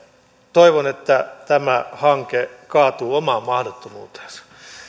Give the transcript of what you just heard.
toivon että tämä hanke kaatuu omaan mahdottomuuteensa